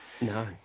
no